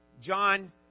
John